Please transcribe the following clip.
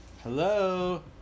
Hello